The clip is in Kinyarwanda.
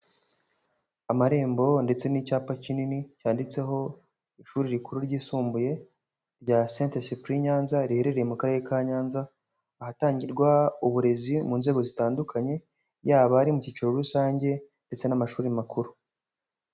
Amarembo ndetse n'icyapa kinini cyanditseho ishuri rikuru ryisumbuye rya Saint Esprit Nyanza riherereye mu karere ka Nyanza, ahatangirwa uburezi mu nzego zitandukanye yaba ari mu cyiciro rusange ndetse n'amashuri makuru.